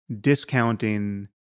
discounting